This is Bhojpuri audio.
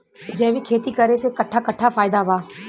जैविक खेती करे से कट्ठा कट्ठा फायदा बा?